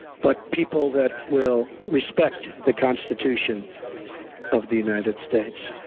but people that will respect the constitution of the united states.